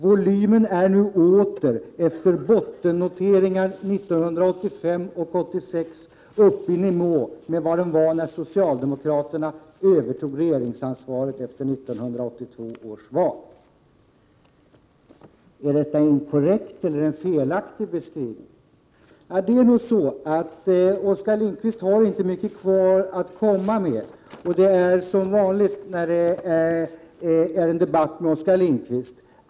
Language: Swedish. Volymen är nu åter, efter bottennoteringar 1985 och 1986, uppe i nivå med vad den var när socialdemokraterna övertog regeringsansvaret efter 1982 års val.” Är detta en korrekt eller en felaktig beskrivning? Det förhåller sig nog på det viset, att Oskar Lindkvist inte har mycket kvar att komma med. Det är som vanligt i debatterna med Oskar Lindkvist.